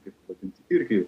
kaip vadinti irgi